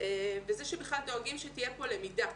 ושזה בכלל דואגים שתהיה פה למידה,